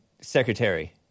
secretary